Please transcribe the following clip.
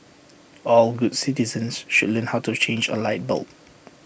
all good citizens should learn how to change A light bulb